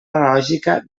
lògica